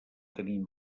tenir